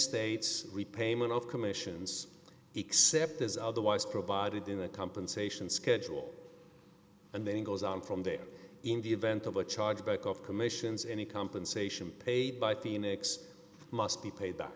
states repayment of commissions except as otherwise provided in a compensation schedule and then goes on from there in the event of a chargeback of commissions any compensation paid by phoenix must be paid